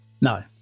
no